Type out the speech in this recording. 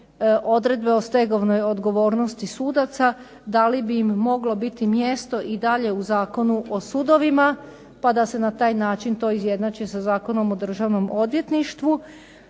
odredbe o stegovnoj odgovornosti sudaca, da li bi im moglo biti mjesto i dalje u Zakonu o sudovima pa da se na taj način to izjednači sa Zakonom o državnom odvjetništvu.